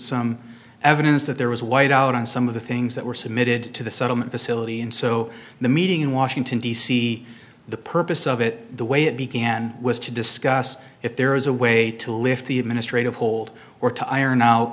some evidence that there was wiped out on some of the things that were submitted to the settlement facility and so the meeting in washington d c the purpose of it the way it began was to discuss if there is a way to lift the administrative hold or to iron out